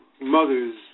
mothers